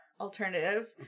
alternative